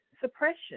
suppression